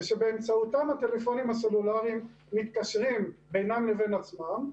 ושבאמצעותם הטלפונים הסלולרים תקשרים בינם ובין עצמם,